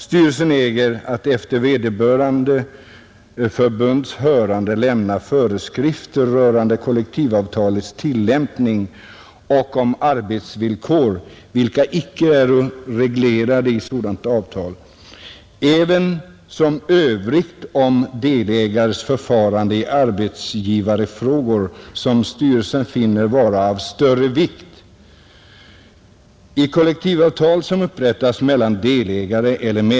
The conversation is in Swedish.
Styrelsen äger att efter vederbörande förbunds hörande lämna föreskrifter rörande kollektivavtals tillämpning och om arbetsvillkor, vilka icke äro reglerade i sådant avtal, ävensom i övrigt om delägares förfarande i arbetsgivarfrågor, som styrelsen finner vara av större vikt etc.